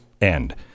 end